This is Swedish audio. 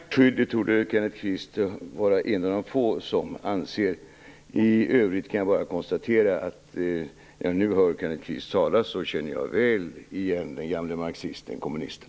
Fru talman! Att det skulle vara ett starkt skydd torde Kenneth Kvist vara en av de få som anser. I övrigt kan jag bara konstatera att när jag nu hör Kenneth Kvist tala känner jag väl igen den gamle marxisten och kommunisten.